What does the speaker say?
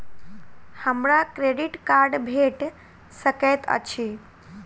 हमरा credit card भेट सकैत अछि?